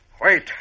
Wait